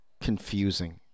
confusing